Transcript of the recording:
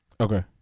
Okay